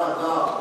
הר-אדר,